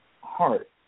heart